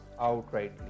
outrightly